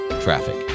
traffic